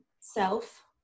self